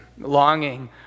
longing